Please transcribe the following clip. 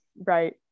Right